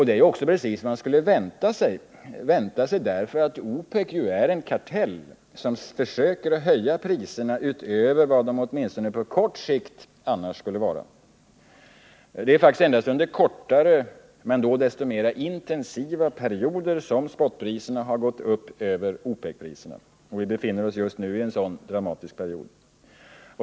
Detta är precis vad man kan vänta sig, eftersom OPEC är en kartell som försöker höja priserna över den nivå som de, åtminstone på kort sikt, annars skulle ligga på. Det är faktiskt endast under kortare men desto mer intensiva perioder som spotpriserna har gått upp över OPEC-priserna. Vi befinner oss just nu i en sådan dramatisk period.